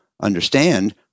understand